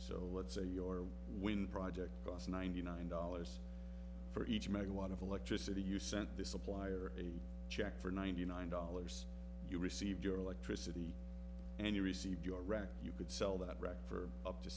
so let's say your wind project cost ninety nine dollars for each megawatt of electricity you sent this supplier a check for ninety nine dollars you received your electricity and you receive your rent you could sell that wrecked for up to